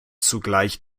zugleich